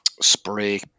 spray